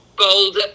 gold